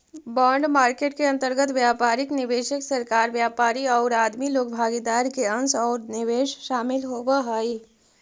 bond market के अंतर्गत व्यापारिक निवेशक, सरकार, व्यापारी औउर आदमी लोग भागीदार के अंश औउर निवेश शामिल होवऽ हई